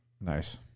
Nice